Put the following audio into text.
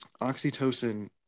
oxytocin